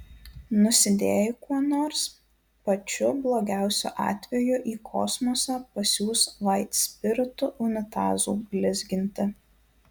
nusidėjai kuo nors pačiu blogiausiu atveju į kosmosą pasiųs vaitspiritu unitazų blizginti